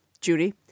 Judy